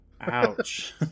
Ouch